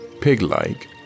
pig-like